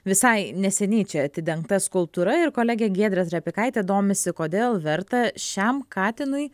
visai neseniai čia atidengta skulptūra ir kolegė giedrė trapikaitė domisi kodėl verta šiam katinui